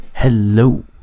Hello